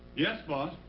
yes, boss.